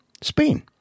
Spain